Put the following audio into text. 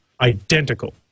identical